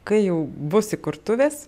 kai jau bus įkurtuvės